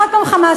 עוד הפעם "חמאס",